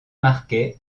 marquet